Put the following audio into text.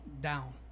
down